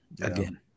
Again